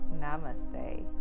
Namaste